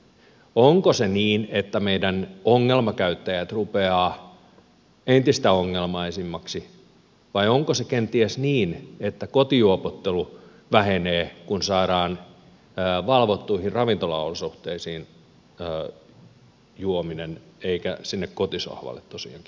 onko se niin että meidän ongelmakäyttäjät rupeavat entistä ongelmaisemmiksi vai onko se kenties niin että kotijuopottelu vähenee kun se juominen saadaan valvottuihin ravintolaolosuhteisiin eikä sinne kotisohvalle tosiaankin